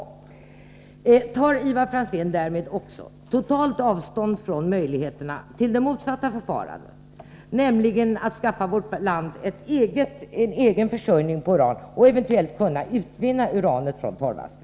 Tar Ivar Franzén därmed också totalt avstånd från möjligheterna till det motsatta förfarandet, nämligen att skaffa vårt land en egen försörjning när det gäller uran och att eventuellt kunna utvinna uranet från torvaskan?